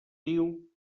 diu